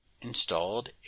installed